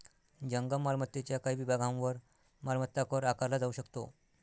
जंगम मालमत्तेच्या काही विभागांवर मालमत्ता कर आकारला जाऊ शकतो